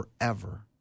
forever